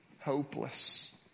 hopeless